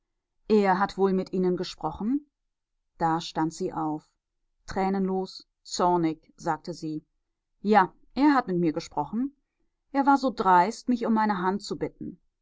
er hat wohl mit ihnen gesprochen da stand sie auf tränenlos zornig sagte sie ja er hat mit mir gesprochen er war so dreist mich um meine hand zu bitten